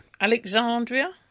Alexandria